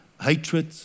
hatred